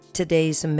today's